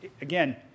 Again